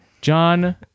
John